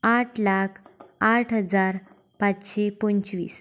आठ लाख आठ हजार पाचशें पंचवीस